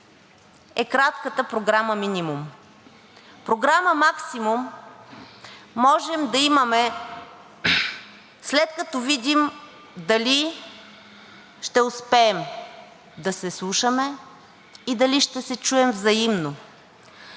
е кратката програма минимум. Програма максимум може да имаме, след като видим дали ще успеем да се слушаме и дали ще се чуем взаимно.